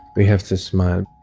we have to smile.